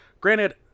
Granted